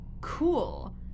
cool